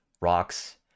rocks